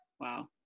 Wow